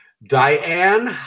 Diane